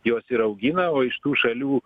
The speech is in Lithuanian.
jos ir augina o iš tų šalių